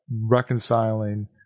reconciling